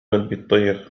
البطيخ